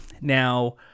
Now